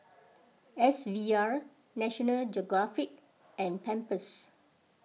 S V R National Geographic and Pampers